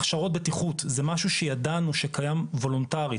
הכשרות בטיחות זה משהו שידענו שקיים וולונטרית,